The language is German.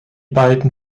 beiden